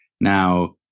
Now